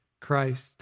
Christ